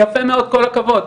יפה מאוד, כל הכבוד.